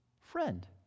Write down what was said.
friend